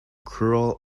cruel